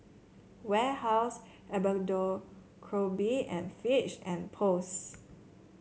Warehouse Abercrombie and Fitch and Post